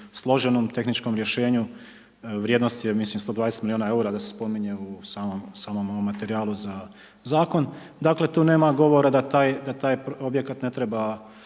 složenom tehničkom rješenju, vrijednost je mislim 120 milijuna EUR-a da se spominje u samom ovom materijalu za Zakon. Dakle, tu nema govora da taj objekat ne treba